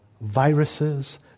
viruses